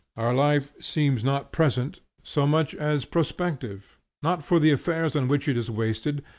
our life seems not present so much as prospective not for the affairs on which it is wasted,